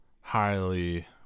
highly